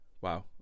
Wow